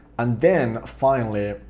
and then, finally,